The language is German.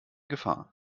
gefahr